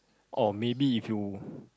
or maybe if you